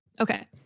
Okay